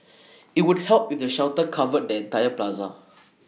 IT would help if the shelter covered the entire plaza